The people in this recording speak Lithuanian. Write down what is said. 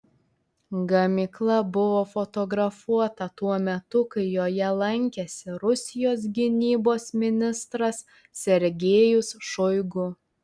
gamykla buvo fotografuota tuo metu kai joje lankėsi rusijos gynybos ministras sergejus šoigu